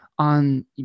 on